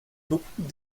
beaucoup